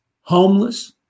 homeless